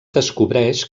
descobreix